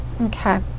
Okay